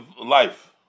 life